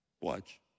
Watch